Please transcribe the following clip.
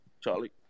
Charlie